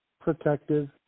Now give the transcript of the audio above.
protective